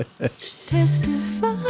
Testify